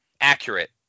accurate